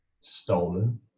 stolen